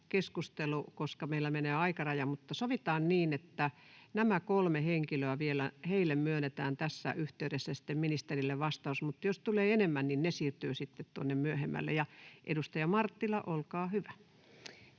koska meillä menee aikaraja, mutta sovitaan niin, että näille kolmelle henkilölle vielä myönnetään puheenvuoro tässä yhteydessä ja sitten ministerille vastaus, mutta jos tulee enemmän, niin ne siirtyvät sitten tuonne myöhemmälle. — Ja edustaja Marttila, olkaa hyvä.